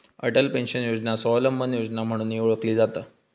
Atal pension योजना स्वावलंबन योजना म्हणूनही ओळखली जाता